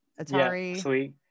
Atari